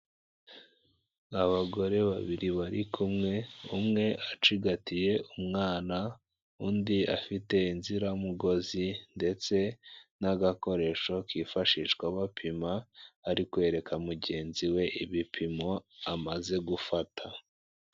Abagore babiri bari kumwe, umwe acigatiye umwana, undi afite inziramugozi ndetse n'agakoresho kifashishwa bapima arikwereka mugenzi we ibipimo amaze gufata.